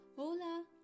Hola